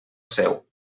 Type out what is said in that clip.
seu